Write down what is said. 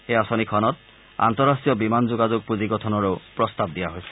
এই অাঁচনিখনত আন্তঃৰাষ্ট্ৰীয় বিমান যোগাযোগ পুঁজি গঠনৰো প্ৰস্তাৱ দিয়া হৈছে